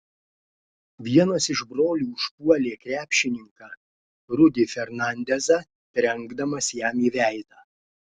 vienas iš brolių užpuolė krepšininką rudy fernandezą trenkdamas jam į veidą